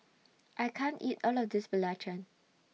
I can't eat All of This Belacan